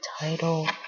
title